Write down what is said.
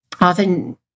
often